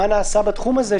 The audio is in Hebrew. מה נעשה בתחום הזה,